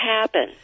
happen